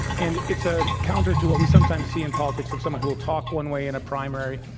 and it's a counter to what we sometimes see in politics, with someone who will talk one way in a primary,